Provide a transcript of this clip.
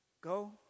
go